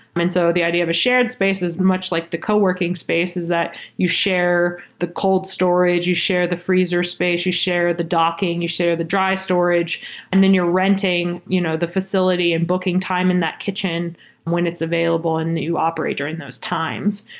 and so the idea of a shared space is much like the co-working spaces that you share the cold storage, you share the freezer space, you share the docking, you share the dry storage and then you're renting you know the facility and booking time in that kitchen when it's available and you operate during those times.